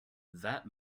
that